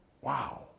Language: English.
Wow